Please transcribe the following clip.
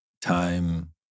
time